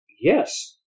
yes